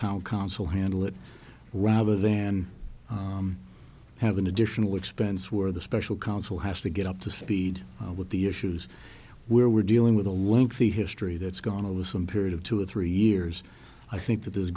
town council handle it rather than have an additional expense where the special counsel has to get up to speed with the issues where we're dealing with a lengthy history that's gone over some period of two or three years i think that there's